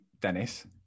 Dennis